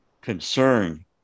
concern